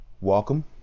welcome